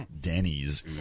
Denny's